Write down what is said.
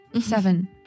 Seven